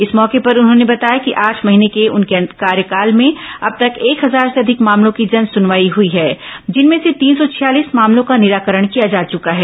इस मौके पर उन्होंने बताया कि आठ महीने के उनके कार्यकाल में अब तक एक हजार से अधिक मामलों की जनसुनवाई हुई है जिनमें से तीन सौ छियालीस मामलों का निराकरण किया जा चुका है